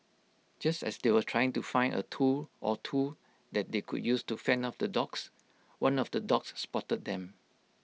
just as they were trying to find A tool or two that they could use to fend off the dogs one of the dogs spotted them